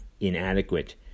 inadequate